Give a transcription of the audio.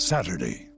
Saturday